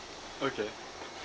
okay